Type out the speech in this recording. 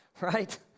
right